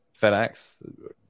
FedEx